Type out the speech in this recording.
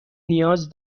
نیاز